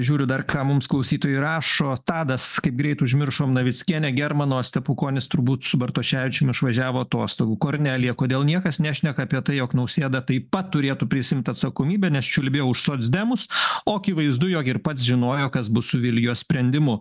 žiūriu dar ką mums klausytojai rašo tadas kaip greit užmiršom navickienę germano stepukonis turbūt su bartoševičium išvažiavo atostogų kornelija kodėl niekas nešneka apie tai jog nausėda taip pat turėtų prisiimt atsakomybę nes čiulbėjo už socdemus o akivaizdu jog ir pats žinojo kas bus su vilijos sprendimu